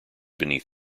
beneath